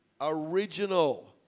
original